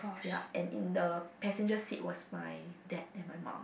ya and in the passenger seat was my dad and my mum